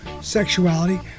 sexuality